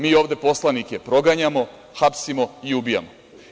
Mi ovde poslanike proganjamo, hapsimo i ubijamo.